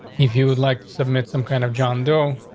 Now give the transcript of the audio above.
if you would like to submit some kind of john doe.